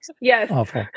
Yes